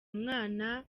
umwana